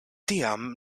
tiam